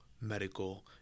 medical